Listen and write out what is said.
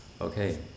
Okay